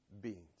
beings